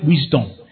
wisdom